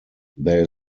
there